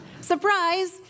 Surprise